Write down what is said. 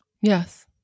Yes